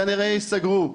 כנראה ייסגרו.